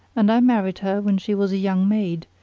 and i married her when she was a young maid,